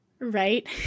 right